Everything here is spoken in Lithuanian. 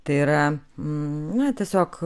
tai yra na tiesiog